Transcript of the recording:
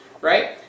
right